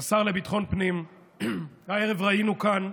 השר לביטחון פנים, הערב ראינו כאן,